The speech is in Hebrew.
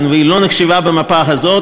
והיא לא נחשבה במפה הזאת,